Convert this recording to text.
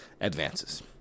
advances